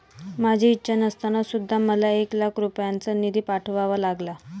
माझी इच्छा नसताना सुद्धा मला एक लाख रुपयांचा निधी पाठवावा लागला